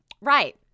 Right